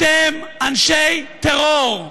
אתם אנשי טרור,